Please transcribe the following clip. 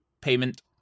payment